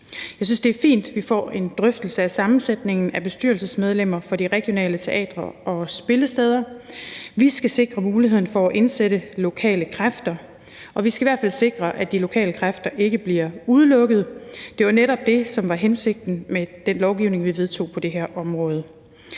Jeg synes, det er fint, vi får en drøftelse af sammensætningen af bestyrelsesmedlemmer for de regionale teatre og spillesteder. Vi skal sikre muligheden for at indsætte lokale kræfter, og vi skal i hvert fald sikre, at de lokale kræfter ikke bliver udelukket. Det var netop det, som var hensigten med den lovgivning, vi vedtog på det her område.